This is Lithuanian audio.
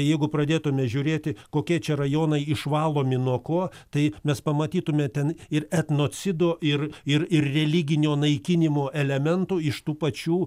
jeigu pradėtume žiūrėti kokie čia rajonai išvalomi nuo ko tai mes pamatytume ten ir etnocido ir ir ir religinio naikinimo elementų iš tų pačių